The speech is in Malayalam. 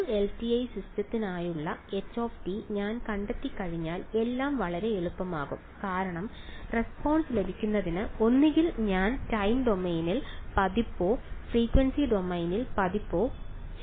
ഒരു എൽടിഐ സിസ്റ്റത്തിനായുള്ള h ഞാൻ കണ്ടെത്തിക്കഴിഞ്ഞാൽ എല്ലാം വളരെ എളുപ്പമാകും കാരണം റെസ്പോൺസ് ലഭിക്കുന്നതിന് ഒന്നുകിൽ ഞാൻ ടൈം ഡൊമെയ്ൻ പതിപ്പോ ഫ്രീക്വൻസി ഡൊമെയ്ൻ പതിപ്പോ ചെയ്യുന്നു